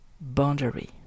boundary